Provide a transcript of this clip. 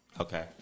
Okay